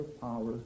power